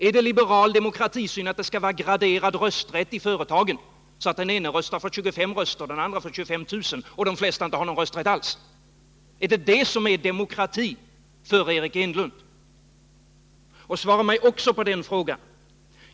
Är det liberal demokratisyn att det skall vara graderad rösträtt i företagen, så att den ene har 25 röster, den andre 25 000 och de flesta ingen rösträtt alls? Är det detta som är demokrati för Eric Enlund?